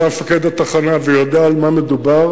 שהיה מפקד התחנה וידע על מה מדובר,